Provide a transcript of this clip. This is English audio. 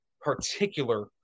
particular –